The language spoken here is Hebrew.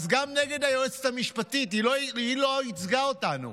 אז גם נגד היועצת המשפטית, היא לא ייצגה אותנו.